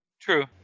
True